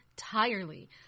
Entirely